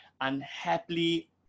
unhappily